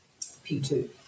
P2